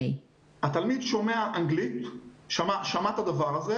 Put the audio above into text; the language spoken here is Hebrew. התלמיד שומע אנגלית, שמע את המשפט הזה